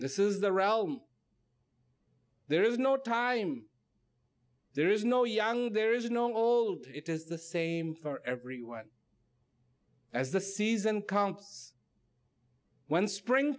this is the realm there is no time there is no young there is no old it is the same for everyone as the season comps when spring